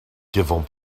devons